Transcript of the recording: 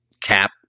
cap